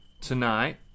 Tonight